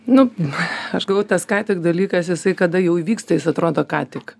nu aš galvoju tas ką tik dalykas jisai kada jau įvyksta jis atrodo ką tik